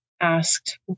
asked